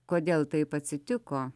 kodėl taip atsitiko